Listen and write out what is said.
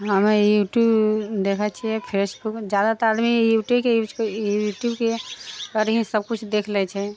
हमे यूट्यूब देखैत छियै फेसबुक जादा तऽ आदमी यूट्यूबके यूज यूट्यूब पर ही सब किछु देखि लैत छै